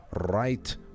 right